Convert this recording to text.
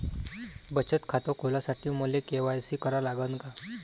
बचत खात खोलासाठी मले के.वाय.सी करा लागन का?